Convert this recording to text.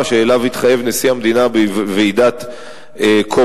שאליו התחייב נשיא המדינה בוועידת קופנהגן.